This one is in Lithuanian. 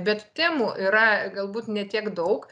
bet temų yra galbūt ne tiek daug